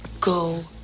go